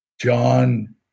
John